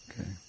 Okay